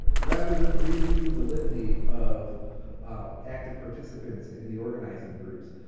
rather than reading through the litany of of active participants in the organizing groups.